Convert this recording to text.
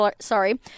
Sorry